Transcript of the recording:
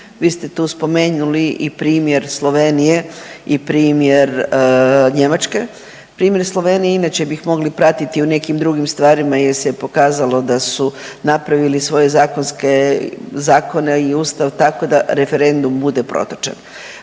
Vi ste tu spomenuli i primjer Slovenije i primjer Njemačke. Primjer u Sloveniji inače bih mogli pratiti i u nekim drugim stvarima jer se pokazalo da su napravili svoje zakonske, zakone i Ustav tako da referendum bude protočan.